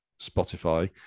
Spotify